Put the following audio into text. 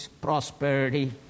prosperity